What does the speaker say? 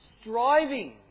striving